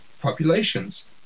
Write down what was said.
populations